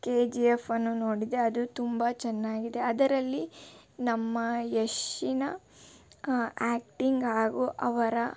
K G ಎಫನ್ನು ನೋಡಿದೆ ಅದು ತುಂಬ ಚೆನ್ನಾಗಿದೆ ಅದರಲ್ಲಿ ನಮ್ಮ ಯಶ್ಶಿನ ಆ್ಯಕ್ಟಿಂಗ್ ಹಾಗು ಅವರ